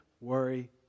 worry